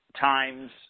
times